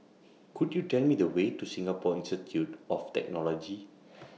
Could YOU Tell Me The Way to Singapore Institute of Technology